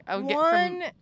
One